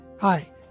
Hi